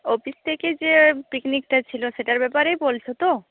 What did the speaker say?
office থেকে যে পিকনিকটা ছিল সেটার ব্যাপারেই বলছ তো